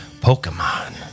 Pokemon